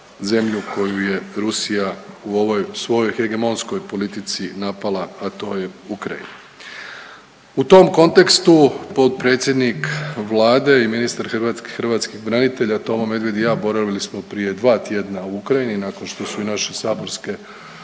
koju je Rusija u ovoj svojoj hegemonskoj politici napala, a to je Ukrajina. U tom kontekstu potpredsjednik Vlade i ministar hrvatskih branitelja Tomo Medved i ja boravili smo prije dva tjedna u Ukrajini nakon što su i naše saborske